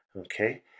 okay